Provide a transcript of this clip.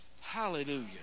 Hallelujah